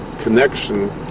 connection